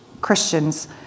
Christians